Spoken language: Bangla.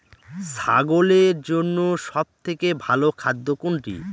ছাগলের জন্য সব থেকে ভালো খাদ্য কোনটি?